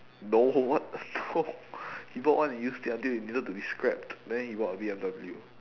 no what the no people want to used it until it needed to be scrapped then he bought a B_M_W